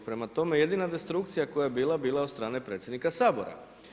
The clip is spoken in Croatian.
Prema tome jedina destrukcija koja je bila, bila je od strane predsjednika Sabora.